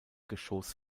geschoss